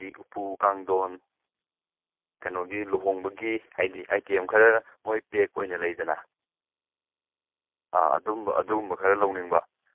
ꯃꯣꯏ ꯂꯨꯍꯣꯡꯕꯒꯤ ꯁꯦꯠꯁꯤꯗ ꯍꯥꯏꯗꯤ ꯎꯄꯨ ꯑꯃ ꯂꯥꯛꯑꯅꯤ ꯀꯥꯡꯗꯣꯟ ꯑꯃ ꯂꯥꯛꯑꯅꯤ ꯑꯗꯒꯤ ꯗ꯭ꯔꯦꯁꯤꯡ ꯇꯦꯕꯜ ꯂꯛꯑꯅꯤ ꯀꯣ ꯑꯗꯒꯤ ꯑꯥ ꯑꯗꯩ ꯑꯇꯣꯞꯄ ꯀꯔꯤ ꯀꯔꯤꯗꯤ ꯌꯥꯎꯔꯛꯈꯤꯅꯤ